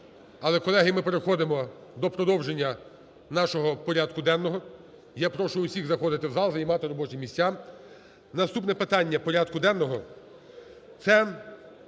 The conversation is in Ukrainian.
Але, колеги, ми переходимо до продовження нашого порядку денного. Я прошу всіх заходити у зал, займати робочі місця. Наступне питання порядку денного – це